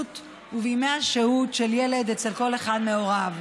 ובימי השהות של ילד אצל כל אחד מהוריו.